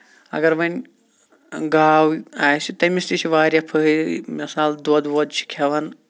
اَگر وۄنۍ گاو آسہِ تٔمِس تہِ چھِ واریاہ فٲیدٕ مِثال دۄد وۄد چھِ کھٮ۪وان